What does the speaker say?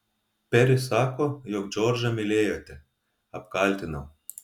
peris sako jog džordžą mylėjote apkaltinau